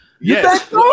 yes